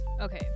Okay